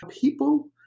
People